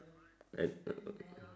and err